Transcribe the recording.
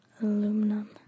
aluminum